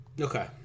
Okay